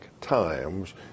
times